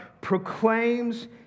proclaims